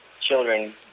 children